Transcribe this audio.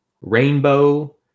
rainbow